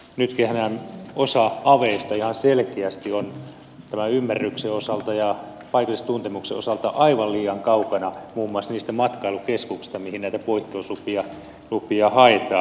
nytkin osa aveista ihan selkeästi on tämän ymmärryksen osalta ja paikallistuntemuksen osalta aivan liian kaukana muun muassa niistä matkailukeskuksista mihin näitä poikkeuslupia haetaan